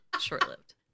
short-lived